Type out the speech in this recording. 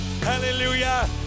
hallelujah